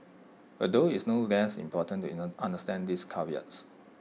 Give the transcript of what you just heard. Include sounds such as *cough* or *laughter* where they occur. although it's no less important *unintelligible* understand these caveats